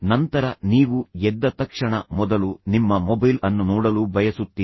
ನಂತರ ನೀವು ಎದ್ದ ತಕ್ಷಣ ಮೊದಲು ನಿಮ್ಮ ಮೊಬೈಲ್ ಅನ್ನು ನೋಡಲು ಬಯಸುತ್ತೀರಿ